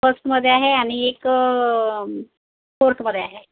फर्स्टमध्ये आहे आणि एक फोर्थमध्ये आहे